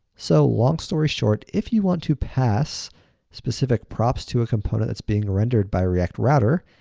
so long story short, if you want to pass specific props to a component that's being rendered by a react router,